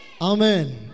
Amen